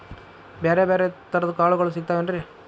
ಬ್ಯಾರೆ ಬ್ಯಾರೆ ತರದ್ ಕಾಳಗೊಳು ಸಿಗತಾವೇನ್ರಿ?